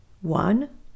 One